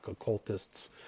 occultists